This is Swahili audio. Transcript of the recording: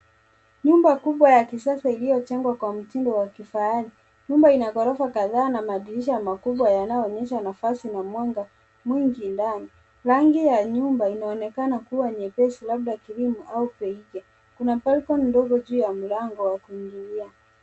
Nyumba kubwa ya kisasa iliyojengwa kwa mtindo wa kifahari. Nyumba ina ghorofa kadhaa na madirisha makubwa yanayoonyesha nafasi na mwanga mwingi ndani. Rangi ya nyumba inaonekana kuwa nyepesi labda krimu au beige . Kuna balkoni ndogo juu ya mlango wa kuingililia.